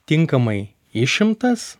tinkamai išimtas